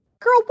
girl